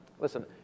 Listen